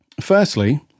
Firstly